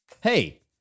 Hey